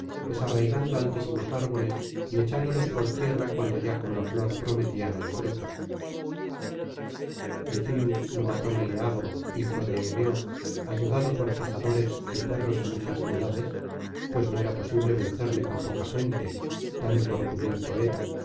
desarraigando altísimos árboles y echándolos por tierra cuando ya con la flor prometían el fruto al fin lo mató meleagro hijo de éneo ayudado por cazadores y perros de muchas ciudades pues no era posible vencerle con poca gente tan corpulento era